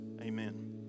Amen